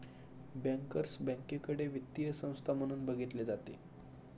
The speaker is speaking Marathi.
बँकर्स बँकेकडे वित्तीय संस्था म्हणून बघितले जाते